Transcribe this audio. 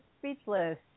speechless